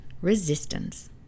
resistance